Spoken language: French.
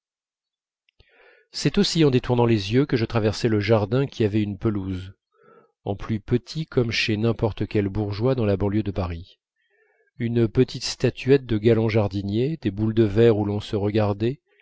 c'est aussi en détournant les yeux que je traversai le jardin qui avait une pelouse en plus petit comme chez n'importe quel bourgeois dans la banlieue de paris une petite statuette de galant jardinier des boules de verre où l'on se regardait